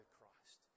Christ